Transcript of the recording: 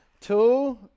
Two